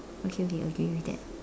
okay okay agree with that